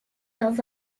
dans